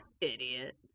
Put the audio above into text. idiot